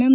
M